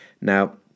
Now